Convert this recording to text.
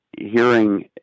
hearing